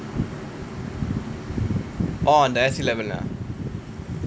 orh the S eleven ah